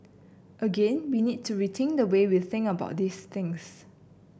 again we need to rethink the way we think about these things